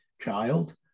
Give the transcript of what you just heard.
child